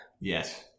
Yes